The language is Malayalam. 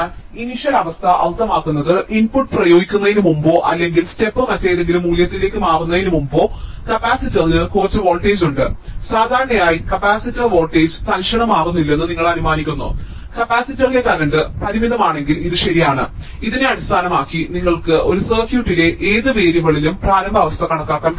അതിനാൽ ഇനിഷ്യൽ അവസ്ഥ അർത്ഥമാക്കുന്നത് ഇൻപുട്ട് പ്രയോഗിക്കുന്നതിന് മുമ്പോ അല്ലെങ്കിൽ സ്റ്റെപ്പ് മറ്റേതെങ്കിലും മൂല്യത്തിലേക്ക് മാറുന്നതിന് മുമ്പോ കപ്പാസിറ്ററിന് കുറച്ച് വോൾട്ടേജ് ഉണ്ട് സാധാരണയായി കപ്പാസിറ്റർ വോൾട്ടേജ് തൽക്ഷണം മാറുന്നില്ലെന്ന് നിങ്ങൾ അനുമാനിക്കുന്നു കപ്പാസിറ്ററിലെ കറന്റ് പരിമിതമാണെങ്കിൽ ഇത് ശരിയാണ് ഇതിനെ അടിസ്ഥാനമാക്കി നിങ്ങൾക്ക് ഒരു സർക്യൂട്ടിലെ ഏത് വേരിയബിളിലും പ്രാരംഭ അവസ്ഥ കണക്കാക്കാൻ കഴിയും